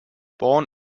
born